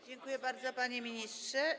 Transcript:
Dziękuję bardzo, panie ministrze.